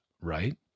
right